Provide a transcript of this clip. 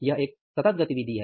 यह एक सतत गतिविधि है